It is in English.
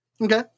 Okay